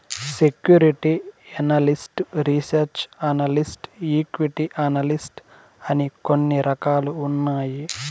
security analyst research analyst equity analyst అని కొన్ని రకాలు ఉన్నాయి